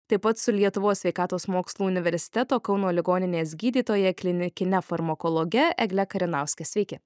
taip pat su lietuvos sveikatos mokslų universiteto kauno ligoninės gydytoja klinikine farmakologe egle karinauske sveiki